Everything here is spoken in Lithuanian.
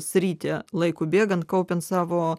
sritį laikui bėgant kaupiant savo